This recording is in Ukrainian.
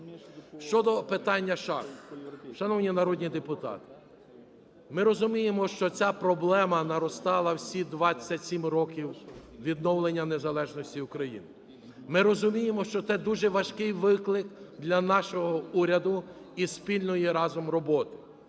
Щодо питання шахт. Шановні народні депутати, ми розуміємо, що ця проблема наростала всі 27 років відновлення незалежності України. Ми розуміємо, що це дуже важкий виклик для нашого уряду і спільної разом роботи.